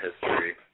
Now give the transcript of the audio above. history